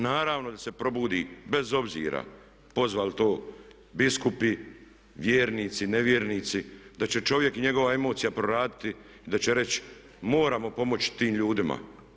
Naravno da se probudi bez obzira pozvali to biskupi, vjernici, nevjernici, da će čovjek i njegova emocija proraditi i da će reći moramo pomoći tim ljudima.